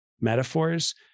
metaphors